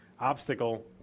obstacle